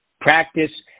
Practice